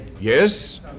Yes